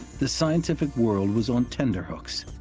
the scientific world was on tenterhooks.